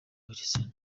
bugesera